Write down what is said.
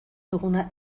duguna